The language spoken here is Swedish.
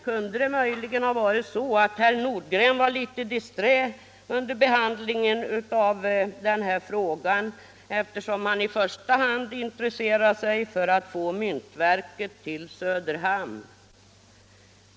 Kan det möjligen ha varit så att herr Nordgren var litet disträ vid behandlingen av den här frågan, eftersom han i första hand intresserade sig för att få myntverket till Söderhamn?